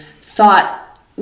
thought